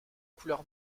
couleur